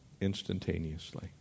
instantaneously